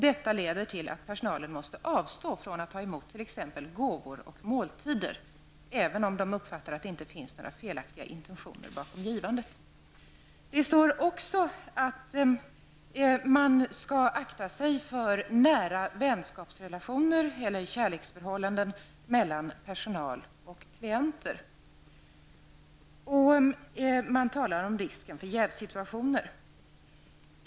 Detta leder till att personalen måste avstå från att ta emot t.ex. gåvor och måltider, även om man uppfattar att det inte finns några felaktiga intentioner bakom givandet. Det står också att man skall akta sig för nära vänskapsrelationer eller kärleksförhållanden mellan personal och klienter. Man talar om risken för jävssituationer.